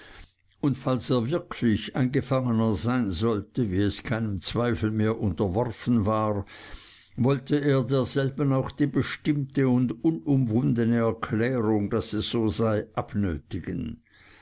und falls er wirklich ein gefangener sein sollte wie es keinem zweifel mehr unterworfen war wollte er derselben auch die bestimmte und unumwundene erklärung daß es so sei